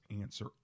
answer